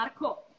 Marco